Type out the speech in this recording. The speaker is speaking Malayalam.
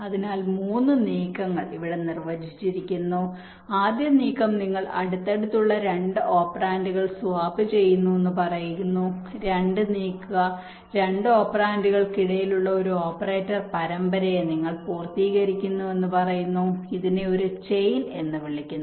അതിനാൽ 3 നീക്കങ്ങൾ ഇവിടെ നിർവ്വചിച്ചിരിക്കുന്നു ആദ്യ നീക്കം നിങ്ങൾ രണ്ട് അടുത്തുള്ള ഓപ്പറാൻഡുകൾ സ്വാപ്പ് ചെയ്യുന്നുവെന്ന് പറയുന്നു രണ്ട് നീക്കുക രണ്ട് ഓപ്പറാൻഡുകൾക്കിടയിലുള്ള ഒരു ഓപ്പറേറ്റർ പരമ്പരയെ നിങ്ങൾ പൂർത്തീകരിക്കുന്നുവെന്ന് പറയുന്നു ഇതിനെ ഒരു ചെയിൻ എന്ന് വിളിക്കുന്നു